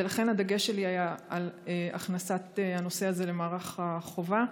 ולכן הדגש שלי היה על הכנסת הנושא הזה למערך החובה.